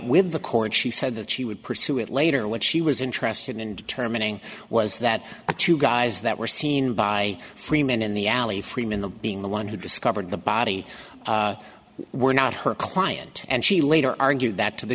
h the court she said that she would pursue it later when she was interested in determining was that a two guys that were seen by freeman in the alley freeman the being the one who discovered the body were not her client and she later argued that to the